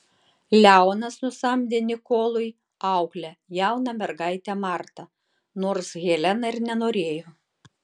leonas nusamdė nikolui auklę jauną mergaitę martą nors helena ir nenorėjo